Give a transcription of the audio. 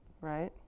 right